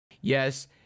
Yes